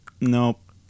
Nope